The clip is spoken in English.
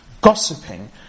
gossiping